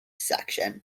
section